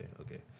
okay